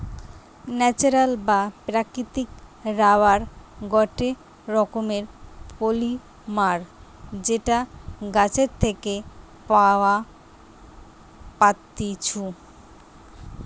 natural বা প্রাকৃতিক rubber গটে রকমের পলিমার যেটা গাছের থেকে পাওয়া পাত্তিছু